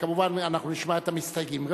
נא לאשר, בבקשה, את הצעת החוק.